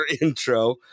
intro